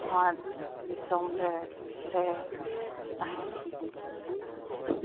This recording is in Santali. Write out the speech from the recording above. ᱱᱚᱶᱟ ᱫᱤᱥᱚᱢ ᱨᱮᱞᱮ ᱛᱟᱦᱮᱸᱱ ᱠᱟᱱᱟ